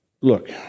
look